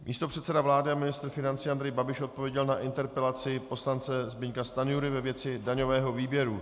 Místopředseda vlády a ministr financí Andrej Babiš odpověděl na interpelaci poslance Zbyňka Stanjury ve věci daňového výběru.